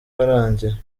warangiye